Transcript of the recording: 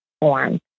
form